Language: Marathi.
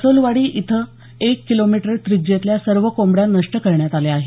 असोलवाडी इथं एक किलोमीटर त्रिज्येतील सर्व कोंबड्या नष्ट करण्यात आल्या आहेत